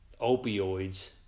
opioids